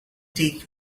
take